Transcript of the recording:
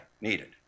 needed